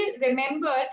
remember